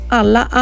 alla